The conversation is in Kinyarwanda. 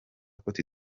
cote